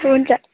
हुन्छ